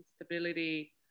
instability